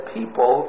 people